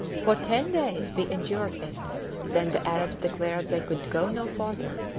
for ten days we endured it then the arabs declared they could go no farther.